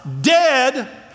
dead